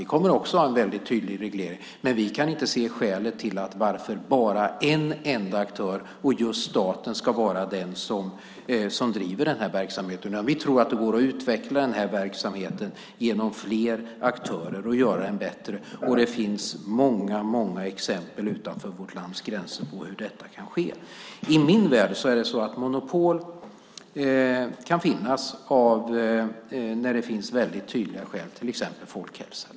Vi kommer också att ha en väldigt tydlig reglering. Men vi kan inte se skälet till att en enda aktör, och just staten, ska vara den som driver den här verksamheten. Vi tror att det går att utveckla verksamheten genom flera aktörer och göra den bättre. Det finns många exempel utanför vårt lands gränser på hur detta kan ske. I min värld kan monopol finnas när det finns väldigt tydliga skäl, till exempel folkhälsan.